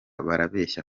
barabeshya